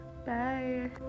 Bye